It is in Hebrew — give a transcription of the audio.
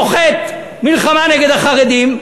סוחט מלחמה נגד החרדים,